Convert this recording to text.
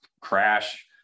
crash